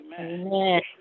Amen